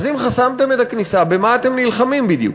אז אם חסמתם את הכניסה, במה אתם נלחמים בדיוק?